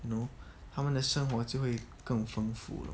you know 他们的生活就会更丰富了